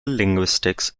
linguistics